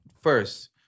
first